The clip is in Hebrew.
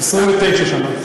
29 שנה.